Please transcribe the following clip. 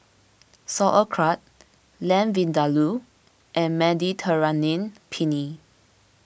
Sauerkraut Lamb Vindaloo and Mediterranean Penne